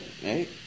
Hey